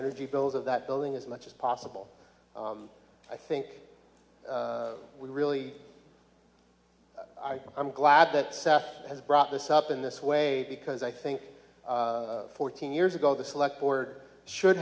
energy bills of that building as much as possible i think we really are i i'm glad that has brought this up in this way because i think fourteen years ago the select board should